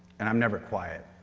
and i'm never quiet.